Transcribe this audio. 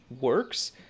works